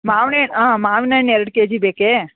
ಮಾವ್ನ ಹಾಂ ಮಾವ್ನಣ್ಣು ಎರಡು ಕೆಜಿ ಬೇಕೆ